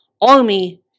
Army